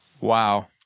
Wow